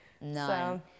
No